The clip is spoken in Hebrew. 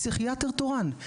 פסיכיאטר תורן,